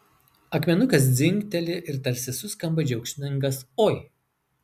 akmenukas dzingteli ir tarsi suskamba džiaugsmingas oi